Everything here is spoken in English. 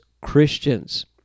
Christians